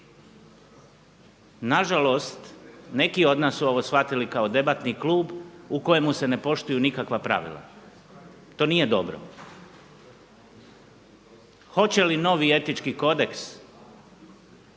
Na žalost, neki od nas su ovo shvatili kao debatni klub u kojemu se ne poštuju nikakva pravila. To nije dobro. Hoće li novi Etički kodeks